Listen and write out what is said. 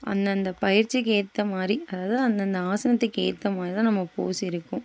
அந்தந்த பயிற்சிக்கு ஏற்ற மாதிரி அதாவது அந்தந்த ஆசனத்துக்கு ஏற்ற மாதிரி தான் நம்ம போஸ் இருக்கும்